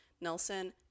nelson